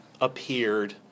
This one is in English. appeared